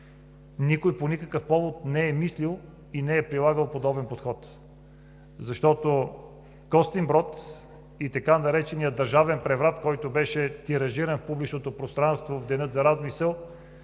никой по никакъв повод не е мислил и не е прилагал подобен подход. Защото Костинброд и така наречения държавен преврат, който беше тиражиран в публичното пространство в деня за размисъл,